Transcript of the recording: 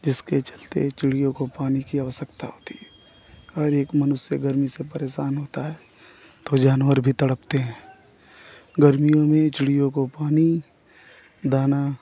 जिसके चलते चिड़ियों को पानी की अवश्यकता होती है हर एक मनुष्य गर्मी से परेशान होता है तो जानवर भी तड़पते हैं गर्मियों में चिड़ियों को पानी दाना